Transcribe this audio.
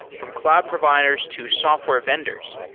from cloud providers to software vendors.